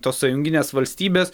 tos sąjunginės valstybės